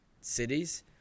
cities